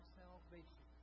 salvation